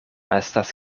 estas